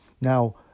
Now